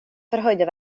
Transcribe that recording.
förhöjde